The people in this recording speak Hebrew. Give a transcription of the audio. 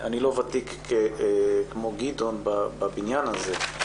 אני לא ותיק כמו גדעון בבניין הזה,